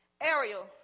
Ariel